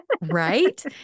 Right